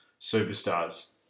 superstars